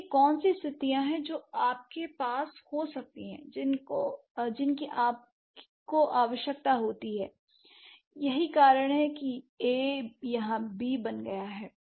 ऐसी कौन सी स्थितियाँ हैं जो आपके पास हो सकती हैं जिनकी आपको आवश्यकता होती है यही कारण है कि ए यहाँ B बी बन गया है